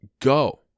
Go